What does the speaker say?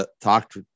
talked